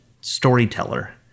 storyteller